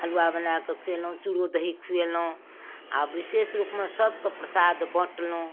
हलुआ बनाकऽ खुएलहुँ चूरो दही खुएलहुँ आ बिशेष रूपमे सबके प्रसाद बँटलहुँ